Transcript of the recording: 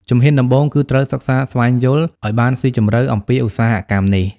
ជំហានដំបូងគឺត្រូវសិក្សាស្វែងយល់ ឱ្យបានស៊ីជម្រៅអំពីឧស្សាហកម្មនេះ។